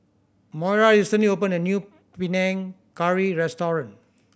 Moira recently opened a new Panang Curry restaurant